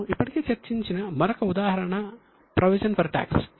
మనము ఇప్పటికే చర్చించిన మరొక ఉదాహరణ ప్రొవిజన్ ఫర్ టాక్స్